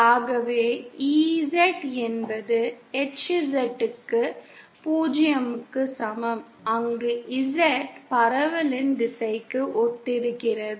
ஆகவே EZ என்பது HZ க்கு 0 க்கு சமம் அங்கு Z பரவலின் திசைக்கு ஒத்திருக்கிறது